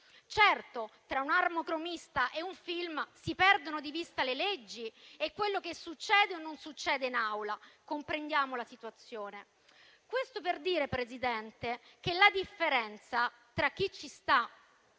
Certo, tra un armocromista e un film si perdono di vista le leggi e quello che succede o non succede in Aula. Comprendiamo la situazione. Questo per dire, signor Presidente, che la differenza tra chi sta